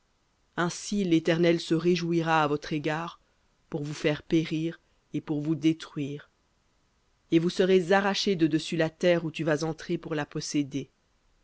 ainsi l'éternel se réjouira à votre égard pour vous faire périr et pour vous détruire et vous serez arrachés de dessus la terre où tu vas entrer pour la posséder